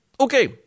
Okay